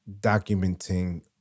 documenting